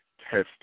testing